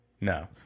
No